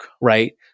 right